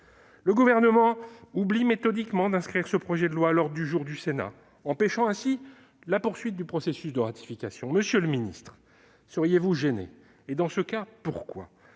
Le Gouvernement oublie méthodiquement d'inscrire ce projet de loi à l'ordre du jour du Sénat, empêchant ainsi la poursuite du processus de ratification. Monsieur le ministre, seriez-vous gêné ? Et, dans ce cas, pourquoi ?